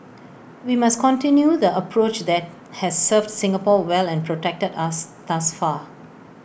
we must continue the approach that has served Singapore well and protected us thus far